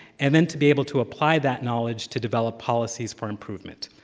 and then to be able to apply that knowledge to developed policies for improvement.